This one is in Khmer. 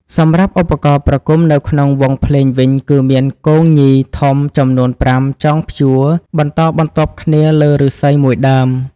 សម្រាប់ឧបករណ៍ប្រគំនៅក្នុងវង់ភ្លេងវិញគឺមានគងញីធំចំនួន៥ ចងព្យួរបន្ដបន្ទាប់គ្នាលើឫស្សីមួយដើម។